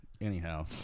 Anyhow